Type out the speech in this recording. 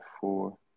four